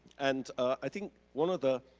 and i think one of the